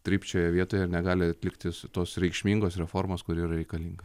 trypčioja vietoje ir negali atlikti su tos reikšmingos reformos kuri reikalinga